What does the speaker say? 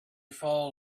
fall